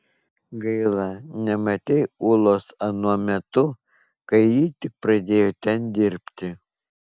gaila nematei ulos anuo metu kai ji tik pradėjo ten dirbti